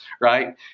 Right